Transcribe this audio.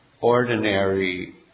ordinary